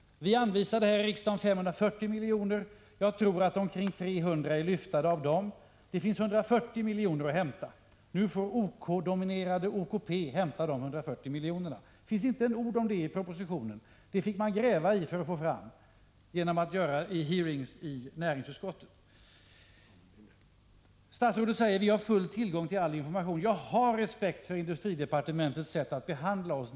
Vi anvisade i riksdagen 540 miljoner, och jag tror att omkring 300 miljoner har lyfts. Det finns 140 milj.kr. att hämta. Nu får OK-dominerade OKP hämta de 140 miljonerna. Det nämns inte ett ord om detta i propositionen. Detta fick man gräva i för att få fram genom hearings i näringsutskottet. Statsrådet säger att vi har full tillgång till all information. Jag har respekt för industridepartementets sätt att behandla oss.